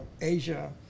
Asia